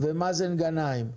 מאזן גנאים.